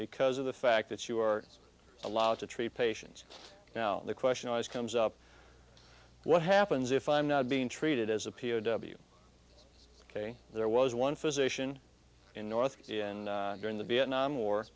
because of the fact that you are allowed to treat patients now the question always comes up what happens if i'm not being treated as a p o w ok there was one physician in north and during the vietnam war